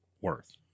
worth